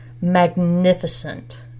magnificent